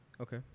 Okay